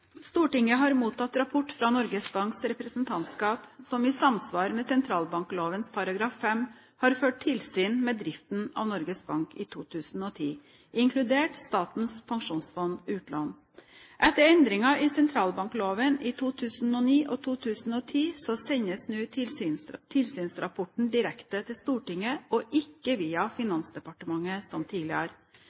Stortinget har mottatt rapport fra Norges Banks representantskap som i samsvar med sentralbankloven § 5 har ført tilsyn med driften i Norges Bank i 2010, inkludert Statens pensjonsfond utland, SPU. Etter endringer i sentralbankloven i 2009 og 2010 sendes nå tilsynsrapporten direkte til Stortinget, og ikke via Finansdepartementet som tidligere.